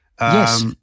Yes